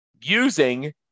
using